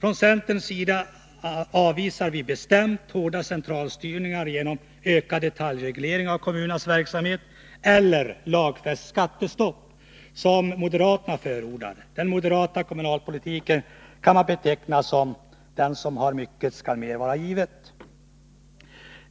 Vi icentern avvisar bestämt hårda centralstyrningar genom ökad detaljreglering av kommunernas verksamhet eller lagfäst skattestopp, som moderaterna förordar. Den moderata kommunalpolitiken kan man beteckna som ”den som har mycket skall mer vara givet”.